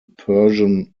persian